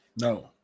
No